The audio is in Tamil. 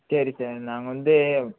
சரி சார் நாங்கள் வந்து